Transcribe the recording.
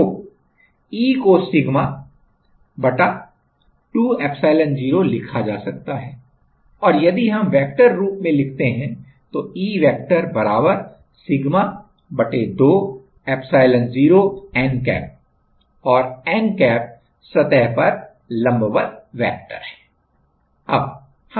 तो E को sigma 2 epsilon0 लिखा जा सकता है और यदि हम vector रूप में लिखते हैं तो E vector sigma 2 epsilon0 n cap और n कैप सतह पर लम्बवत वेक्टर है